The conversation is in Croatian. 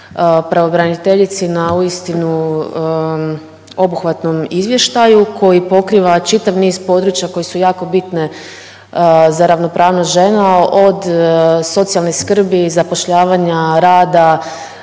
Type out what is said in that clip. pravobraniteljici na uistinu obuhvatnom izvještaju koji pokriva čitav niz područja koji su jako bitne za ravnopravnost žena od socijalne skrbi, zapošljavanja, rada